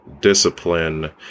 discipline